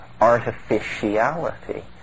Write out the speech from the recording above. artificiality